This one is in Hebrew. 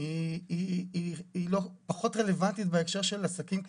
היא פחות רלוונטית בהקשר של עסקים פרטיים.